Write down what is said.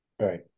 Right